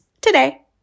today